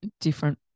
different